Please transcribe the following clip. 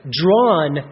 drawn